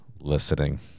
listening